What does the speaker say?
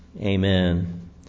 amen